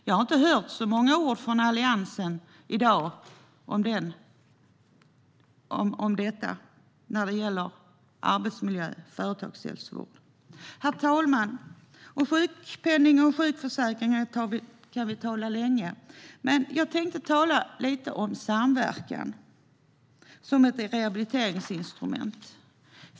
Jag har inte hört särskilt många ord från Alliansen om detta med arbetsmiljö och företagshälsovård i dag. Herr talman! Om sjukpenning och sjukförsäkring kan vi tala länge. Jag tänkte dock tala lite om samverkan som ett rehabiliteringsinstrument.